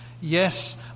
Yes